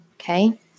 okay